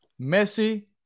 Messi